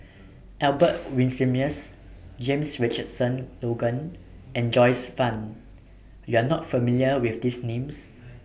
Albert Winsemius James Richardson Logan and Joyce fan YOU Are not familiar with These Names